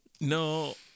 No